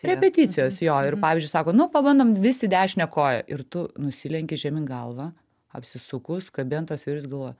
repeticijos jo ir pavyzdžiui sako nu pabandom visi dešinę koją ir tu nusilenki žemyn galva apsisukus kabi ant tos virvės galvoji